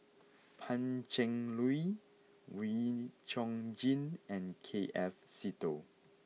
Pan Cheng Lui Wee Chong Jin and K F Seetoh